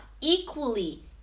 equally